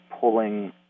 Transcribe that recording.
pulling